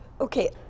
Okay